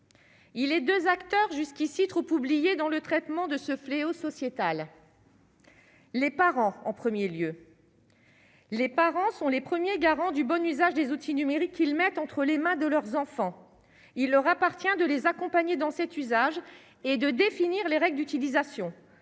Il les 2 acteurs jusqu'ici trop dans le traitement de ce fléau sociétal, les parents en 1er lieu les parents sont les premiers garants du bon usage des outils numériques, il met entre les mains de leurs enfants, il leur appartient de les accompagner dans cet usage et de définir les règles d'utilisation